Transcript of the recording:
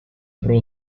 pro